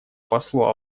послу